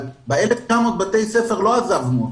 את 1,900 בתי הספר לא עזבנו,